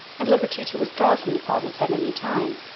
and liberty to withdraw from the province at any time.